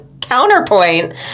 Counterpoint